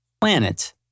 planet